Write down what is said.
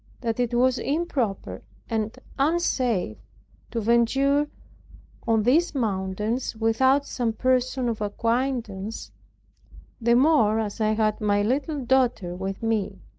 that it was improper and unsafe to venture on these mountains, without some person of acquaintance the more as i had my little daughter with me.